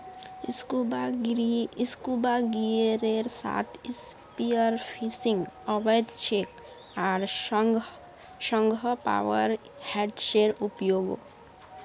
scuba गियरेर साथ spearfishing अवैध छेक आर संगह पावर हेड्सेर उपयोगो